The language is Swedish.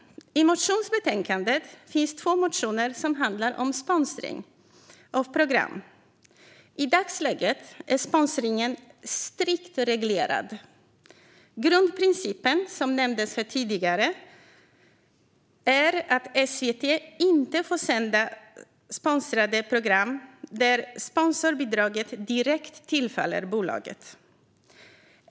I motionsbetänkandet finns två motioner som handlar om sponsring av program. I dagsläget är sponsringen strikt reglerad. Grundprincipen som nämndes här tidigare är att SVT inte får sända sponsrade program där sponsorbidraget direkt tillfaller bolaget.